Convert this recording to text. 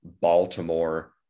Baltimore